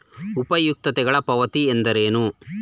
ಉಪಯುಕ್ತತೆಗಳ ಪಾವತಿ ಎಂದರೇನು?